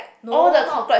no not